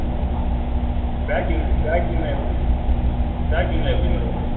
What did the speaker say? ஆ packing பேக்கிங்லாம் எப் பேக்கிங்லாம் எப்படி மேடம் இருக்கும்